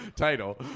title